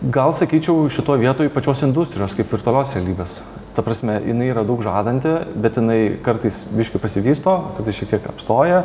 gal sakyčiau šitoj vietoj pačios industrijos kaip virtualios realybės ta prasme jinai yra daug žadanti bet jinai kartais biškį pasivysto tada šiek tiek apstoja